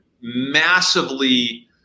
massively